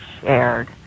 shared